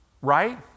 right